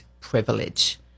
privilege